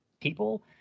people